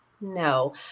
No